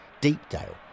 Deepdale